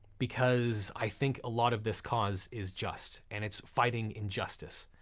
because i think a lot of this cause is just and it's fighting injustice,